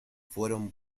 fueron